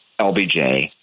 LBJ